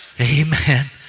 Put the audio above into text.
Amen